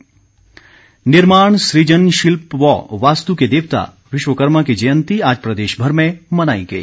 विश्वकर्मा दिवस निर्माण सृजन शिल्प व वास्तु के देवता विश्वकर्मा की जयंती आज प्रदेशभर में मनाई गई